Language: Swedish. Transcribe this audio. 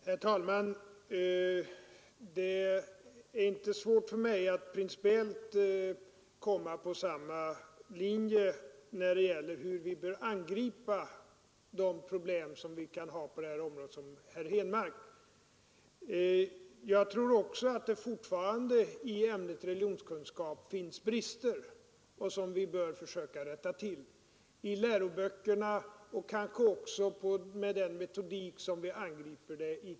Herr talman! Det är inte svårt för mig att principiellt komma på samma linje som herr Henmark när det gäller hur vi bör angripa de problem som finns på detta område. Jag tror också att det fortfarande finns brister i ämnet religionskunskap, både i läroböckerna och i den metodik vi använder i klassrummen, och att vi bör försöka rätta till dem.